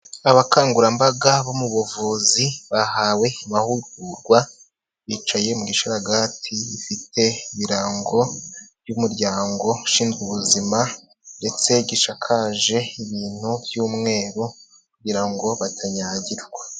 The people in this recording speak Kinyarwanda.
Abakangurambaga bo mu buvuzi bahawe amahugurwa, bicaye mu gisharagati gifite ibirango by'umuryango ushinzwe ubuzima ndetse gishakaje ibintu by'umweru kugira ngo batanyagirwa.